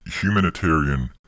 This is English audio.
humanitarian